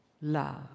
love